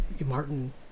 Martin